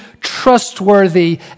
trustworthy